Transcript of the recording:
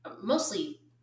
mostly